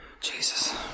Jesus